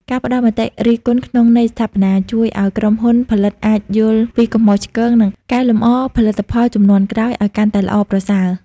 ការផ្តល់មតិរិះគន់ក្នុងន័យស្ថាបនា ជួយឱ្យក្រុមហ៊ុនផលិតអាចយល់ពីកំហុសឆ្គង និងកែលម្អផលិតផលជំនាន់ក្រោយឱ្យកាន់តែល្អប្រសើរ។